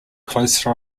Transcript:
close